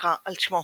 נקרא על שמו.